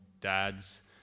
dads